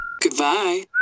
Goodbye